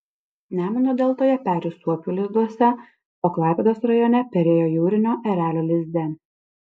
nemuno deltoje peri suopių lizduose o klaipėdos rajone perėjo jūrinio erelio lizde